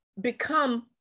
become